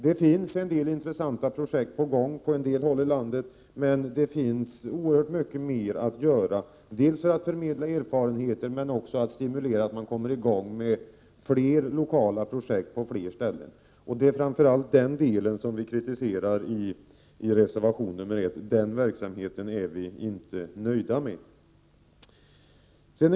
Det finns en del intressanta projekt på gång på en del håll i landet, men det finns oerhört mycket mer att göra dels för att förmedla erfarenhet, dels för att stimulera till fler lokala projekt på fler håll. Det är framför allt detta vår kritik gäller — den verksamheten är vi inte nöjda med.